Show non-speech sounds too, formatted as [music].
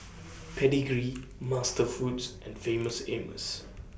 [noise] Pedigree Master Foods and Famous Amos